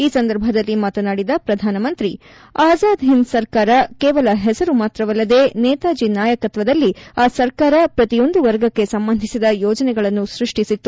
ಈ ಸಂದರ್ಭದಲ್ಲಿ ಮಾತನಾಡಿದ ಪ್ರಧಾನಮಂತ್ರಿ ಆಜಾದ್ ಹಿಂದ್ ಸರ್ಕಾರ ಕೇವಲ ಹೆಸರು ಮಾತ್ರವಲ್ಲದೇ ನೇತಾಜಿ ನಾಯಕತ್ವದಲ್ಲಿ ಆ ಸರ್ಕಾರ ಪ್ರತಿಯೊಂದು ವರ್ಗಕ್ಕೆ ಸಂಬಂಧಿಸಿದ ಯೋಜನೆಗಳನ್ನು ಸೃಷ್ಟಿಸಿತ್ತು